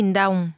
đồng